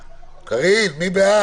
קארין, מי בעד?